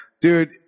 Dude